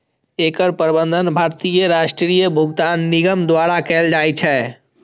एकर प्रबंधन भारतीय राष्ट्रीय भुगतान निगम द्वारा कैल जाइ छै